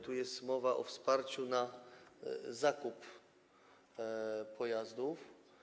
Tu jest mowa o wsparciu zakupu pojazdów.